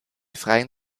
freien